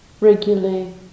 regularly